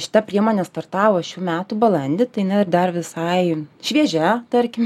šita priemonė startavo šių metų balandį tai jinai dar visai šviežia tarkim